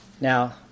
Now